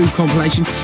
compilation